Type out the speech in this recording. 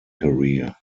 career